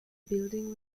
building